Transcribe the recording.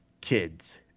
kids